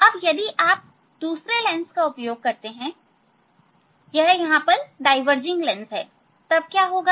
अब यदि आप दूसरे लेंस का उपयोग करते हैं यह यहां डाईवर्जिंग लेंस है तब क्या होगा